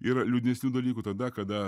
yra liūdnesnių dalykų tada kada